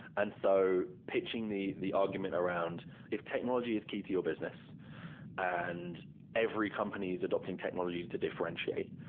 and so pitching the the argument around if technology is key to your business and every company is adapting technology to to differentiate,